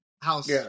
house